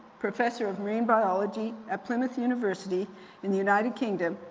professor of marine biology at plymouth university in the united kingdom,